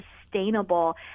sustainable